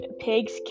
pigs